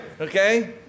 okay